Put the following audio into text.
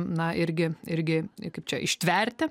na irgi irgi kaip čia ištverti